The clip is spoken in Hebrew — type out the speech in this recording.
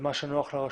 במה שנוח לרשות.